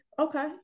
Okay